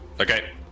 okay